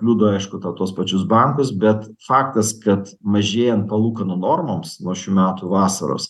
kliudo aišku ta tuos pačius bankus bet faktas kad mažėjan palūkanų normoms nuo šių metų vasaros